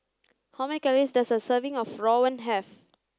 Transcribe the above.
how many calories does a serving of Rawon have